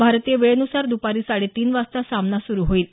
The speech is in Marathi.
भारतीय वेळेनुसार दुपारी साडेतीन वाजता सामना सुरू होईल